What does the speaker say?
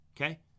okay